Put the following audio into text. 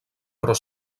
però